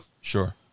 Sure